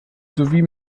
sowie